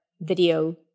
video